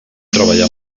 treballar